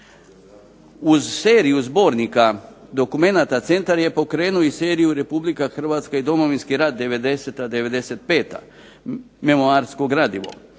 Uz seriju zbornika dokumenata centar je pokrenuo i serija Republika Hrvatska i Domovinski rat '90.-'95. memoarsko gradivo,